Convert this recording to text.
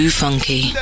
funky